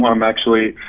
um i'm actually,